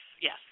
yes